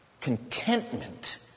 contentment